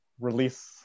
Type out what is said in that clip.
release